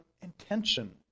intention